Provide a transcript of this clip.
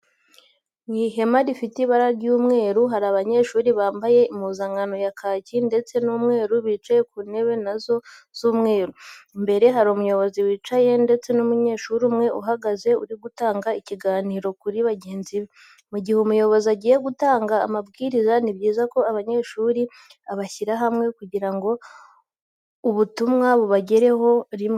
Mu ihema rifite ibara ry'umweru, hari abanyeshuri bambaye impuzankano ya kaki ndetse n'umweru bicaye ku ntebe na zo z'umweru. Imbere hari umuyobozi wicaye ndetse n'umunyeshuri umwe uhagaze uri gutanga ikiganiro kuri bagenzi be. Mu gihe umuyobozi agiye gutanga amabwiriza ni byiza ko abanyeshuri abashyira hamwe kugira ngo ubutumwa bubagerereho rimwe.